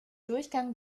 durchgang